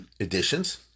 editions